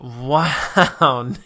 Wow